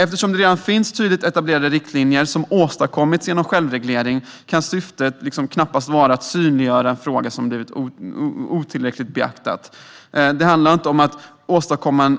Eftersom det redan finns tydligt etablerade riktlinjer som åstadkommits genom självreglering kan syftet knappast vara att synliggöra en fråga som blivit otillräckligt beaktad. För regeringen handlar det inte om att åstadkomma